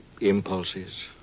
impulses